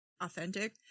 authentic